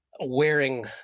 wearing